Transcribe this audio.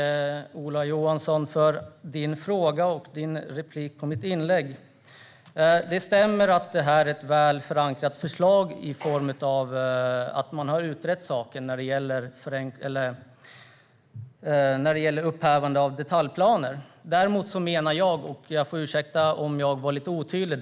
Herr talman! Jag vill tacka Ola Johansson för frågan och för repliken på mitt inlägg. Det stämmer att det är ett väl förankrat förslag på så sätt att upphävande av detaljplaner har utretts. Jag ber om ursäkt om jag var otydlig.